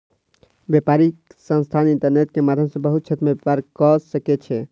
व्यापारिक संस्थान इंटरनेट के माध्यम सॅ बहुत क्षेत्र में व्यापार कअ सकै छै